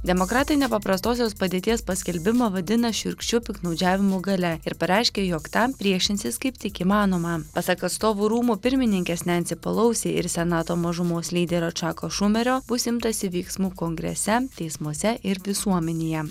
demokratai nepaprastosios padėties paskelbimą vadina šiurkščiu piktnaudžiavimu galia ir pareiškė jog tam priešinsis kaip tik įmanoma pasak atstovų rūmų pirmininkės nensi pelousi ir senato mažumos lyderio čiako šumerio bus imtasi veiksmų kongrese teismuose ir visuomenėje